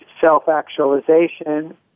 self-actualization